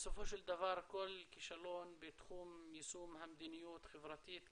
בסופו של דבר כל כישלון בתחום יישום המדיניות החברתית,